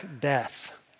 Death